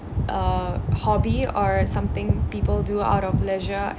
uh hobby or something people do out of leisure